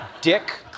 Dick